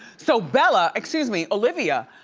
so bella, excuse me, olivia,